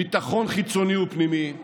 ביטחון חיצוני ופנימי,